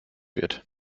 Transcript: wird